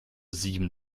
sieben